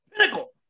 pinnacle